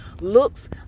looks